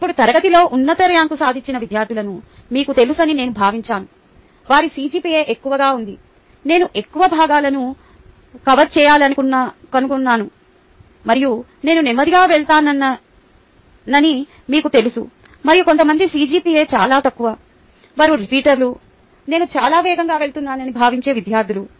ఇప్పుడు తరగతిలో ఉన్నత ర్యాంకు సాధించిన విద్యార్థులను మీకు తెలుసని నేను భావించాను వారి CGPA ఎక్కువగా ఉంది నేను ఎక్కువ భాగాలను కవర్ చేయాలని కనుగొన్నాను మరియు నేను నెమ్మదిగా వెళ్తున్నానని మీకు తెలుసు మరియు కొంతమంది CGPA చాలా తక్కువ ఎవరు రిపీటర్లు నేను చాలా వేగంగా వెళ్తున్నానని భావించే విద్యార్థులు